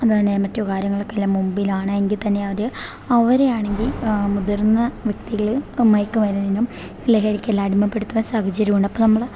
അതുപോലെ തന്നെ മറ്റു കാര്യങ്ങൾക്കെല്ലാം മുൻപിലാണ് എങ്കിൽ തന്നെ അവർ അവരെയാണെങ്കിൽ മുതിർന്ന വ്യക്തിള് മയക്കുമരുന്നിനും ലഹരിക്കെല്ലാം അടിമപ്പെടുത്താൻ സാഹചര്യമുണ്ട് അപ്പം നമ്മൾ